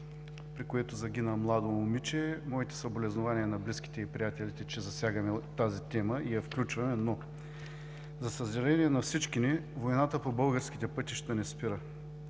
при която загина младо момиче. Моите съболезнования на близките и приятелите, че засягаме тази тема и я включваме, но, за съжаление на всички ни, войната по българските пътища не спира.